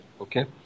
okay